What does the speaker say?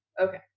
Okay